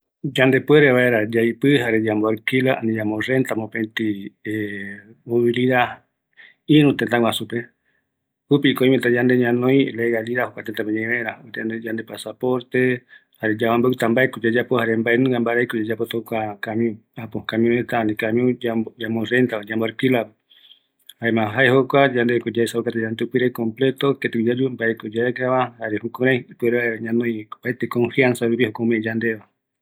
Yaiporu vaera mopetï auto, jaeko yambobeuta auto iyaretape mbaerako yaiporutava, jare yaikuata jepi, öimeko aipo mbaerupi omeeta auto iya, mokoïreve yapita yemboguetareyave öime ta yaiporu